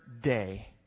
day